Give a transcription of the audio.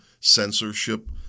censorship